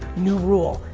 new rule.